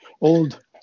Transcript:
old